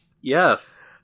yes